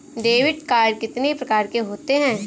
Debit card कितनी प्रकार के होते हैं?